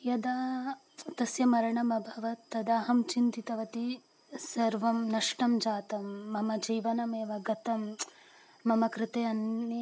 यदा तस्य मरणमभवत् तदा अहं चिन्तितवती सर्वं नष्टं जातं मम जीवनमेव गतं मम कृते अन्ये